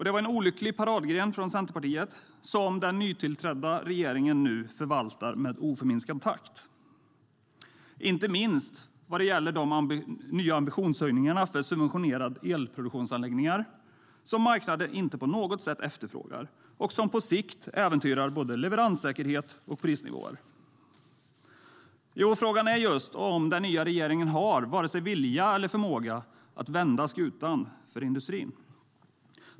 Det var en olycklig paradgren från Centerpartiet som den nytillträdda regeringen nu förvaltar med oförminskad takt. Inte minst gäller det de nya ambitionshöjningarna för subventionerade elproduktionsanläggningar som marknaden inte på något sätt efterfrågar och som på sikt äventyrar både leveranssäkerhet och prisnivåer. Frågan är om den nya regeringen har vare sig vilja eller förmåga att vända skutan för industrin.